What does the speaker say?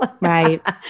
right